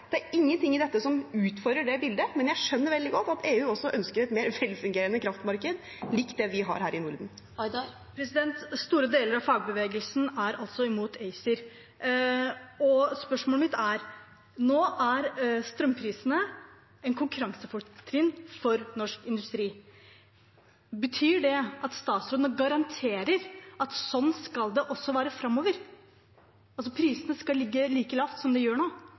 Det er ingenting i dette som utfordrer det bildet. Men jeg skjønner veldig godt at EU ønsker et mer velfungerende kraftmarked, likt det vi har her i Norden. Store deler av fagbevegelsen er altså imot ACER. Nå er strømprisene et konkurransefortrinn for norsk industri. Betyr det at statsråden garanterer at sånn skal det også være framover – altså at prisene skal ligge like lavt som de gjør nå?